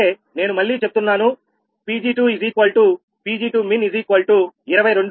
సరే నేను మళ్లీ చెప్తున్నాను 𝑃𝑔2𝑃𝑔2min22 𝑀W